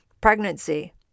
Pregnancy